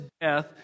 death